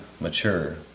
mature